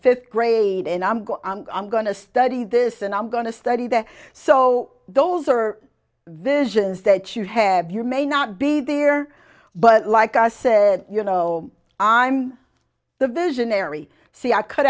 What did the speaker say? fifth grade and i'm going i'm going to study this and i'm going to study that so those are visions that you have you may not be there but like i said you know i'm the visionary see i cut